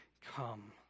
Come